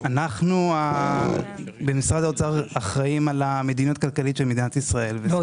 במשרד האוצר אנחנו אחראים על המדיניות הכלכלית של מדינת ישראל.